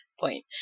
point